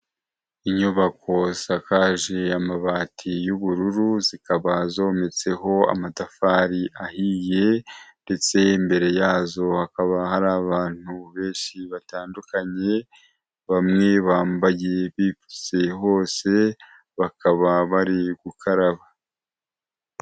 Inyubako zisakaje amabati y'ubururu , zikaba zometseho amatafari ahiye ndetse imbere yazo hakaba hari abantu benshi batandukanye ,bamwe bambaye bipfutse hose, bakaba bari gukaraba.